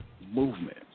movement